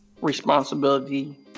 responsibility